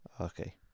Okay